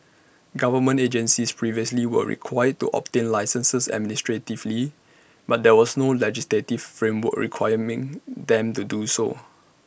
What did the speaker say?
government agencies previously were required to obtain licences administratively but there was no legislative framework requiring them to do so